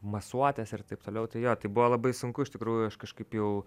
masuotes ir taip toliau tai jo tai buvo labai sunku iš tikrųjų aš kažkaip jau